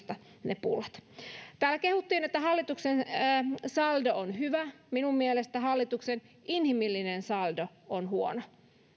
ne rusinat täällä kehuttiin että hallituksen saldo on hyvä minun mielestäni hallituksen inhimillinen saldo on huono